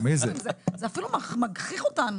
זה אפילו מגחיך אותנו.